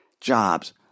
jobs